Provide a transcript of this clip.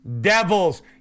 devils